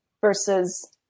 versus